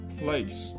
place